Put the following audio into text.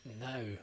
No